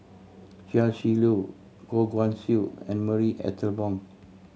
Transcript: Chia Shi Lu Goh Guan Siew and Marie Ethel Bong